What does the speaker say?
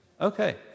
Okay